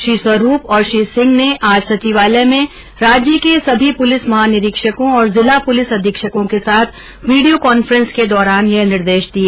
श्री स्वरूप और श्री सिंह ने आज सचिवालय में राज्य के सभी पुलिस महानिरीक्षको और जिला पुलिस अधीक्षकों के साथ वीडियो काफ़ेन्स के दौरान यह निर्देश दिए